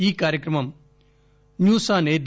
ఈ కార్యక్రమం news on air